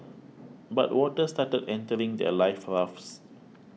but water started entering their life rafts